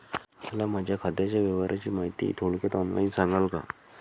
मला माझ्या खात्याच्या व्यवहाराची माहिती थोडक्यात ऑनलाईन सांगाल का?